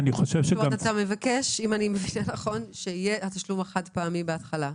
אתה מבקש שיהיה תשלום חד-פעמי בהתחלה.